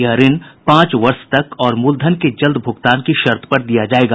यह ऋण पांच वर्ष तक और मूलधन के जल्द भुगतान की शर्त पर दिया जाएगा